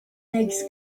legs